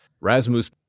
Rasmus